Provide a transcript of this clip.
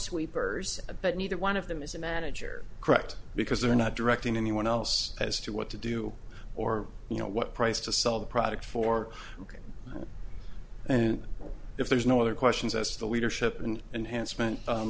sweeper a but neither one of them is a manager correct because they're not directing anyone else as to what to do or you know what price to sell the product for and if there's no other questions as to leadership and enhance